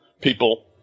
people